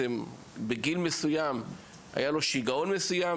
בגיל מסויים היה לו שיגעון מסוים,